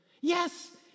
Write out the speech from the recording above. Yes